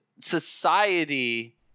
society